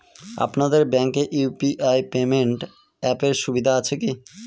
আপনাদের ব্যাঙ্কে UPI payment অ্যাপের সুবিধা আছে কি?